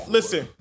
Listen